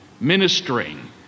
ministering